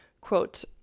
quote